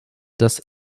das